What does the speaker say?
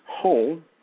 home